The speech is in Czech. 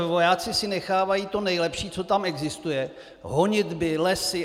Vojáci si nechávají to nejlepší, co tam existuje, honitby, lesy atd.